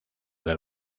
del